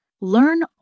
Learn